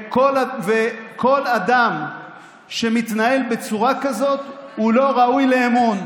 וכל אדם שמתנהל בצורה כזאת לא ראוי לאמון.